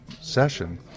session –